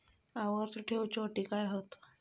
आवर्ती ठेव च्यो अटी काय हत?